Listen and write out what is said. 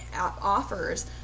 offers